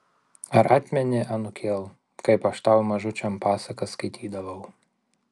ar atmeni anūkėl kaip aš tau mažučiam pasakas skaitydavau